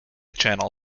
channel